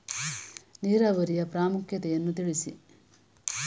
ನೀರಾವರಿಯ ಪ್ರಾಮುಖ್ಯತೆ ಯನ್ನು ತಿಳಿಸಿ?